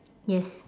yes